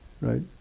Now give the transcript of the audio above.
right